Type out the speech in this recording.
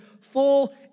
full